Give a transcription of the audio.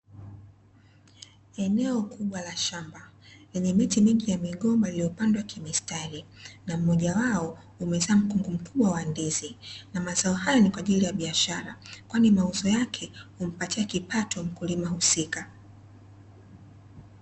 Eneo kubwa la shamba lenye miti mingi ya migomba, iliyopandwa kimistari na mmoja wao umezaa mkungu mkubwa wa ndizi na mazao hayo ni kwa ajili ya biashara, kwani mauzo yake humpatia kipato mkulima husika.